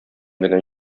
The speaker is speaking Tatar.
генә